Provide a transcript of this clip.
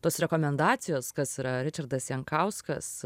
tos rekomendacijos kas yra ričardas jankauskas